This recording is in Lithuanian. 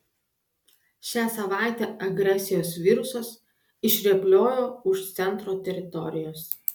šią savaitę agresijos virusas išrėpliojo už centro teritorijos